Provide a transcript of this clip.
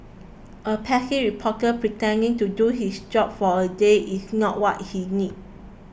a pesky reporter pretending to do his job for a day is not what he needs